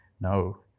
No